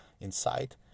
inside